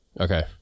Okay